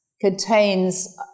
contains